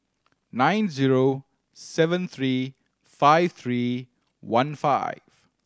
nine zero seven three five three one five